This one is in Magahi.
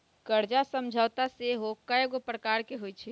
कर्जा समझौता सेहो कयगो प्रकार के होइ छइ